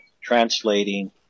translating